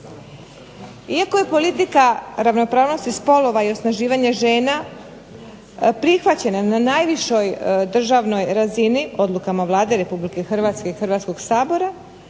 Iako je politika ravnopravnosti spolova i osnaživanja žena prihvaćena na najvišoj državnoj razini odlukama Vlade Republike Hrvatske i Hrvatskoga sabora,